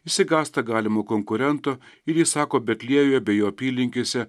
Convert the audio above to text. išsigąsta galimo konkurento ir įsako betliejuje bei jo apylinkėse